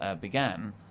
began